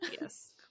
Yes